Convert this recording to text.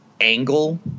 Angle